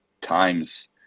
times